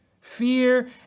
Fear